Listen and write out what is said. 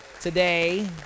today